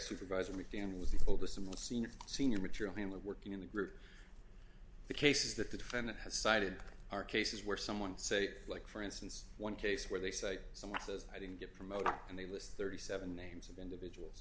supervisor at the end was the oldest and most senior senior ritually in the working in the group the cases that the defendant has cited are cases where someone say like for instance one case where they say someone says i didn't get promoted and they lose thirty seven names of individuals